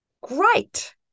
Great